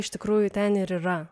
iš tikrųjų ten ir yra